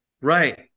Right